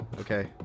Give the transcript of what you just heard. okay